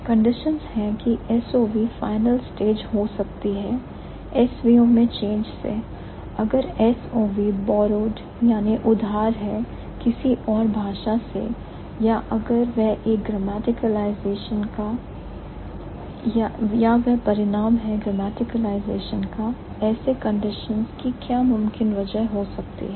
Conditions हैं की SOV final stage हो सकती है SOV में यह हैं change से अगर SOV उधार है किसी और भाषा से या अगर वह परिणाम है grammaticalisation का ऐसे conditions कि क्या मुमकिन वजह हो सकती है